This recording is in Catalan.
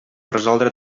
resoldre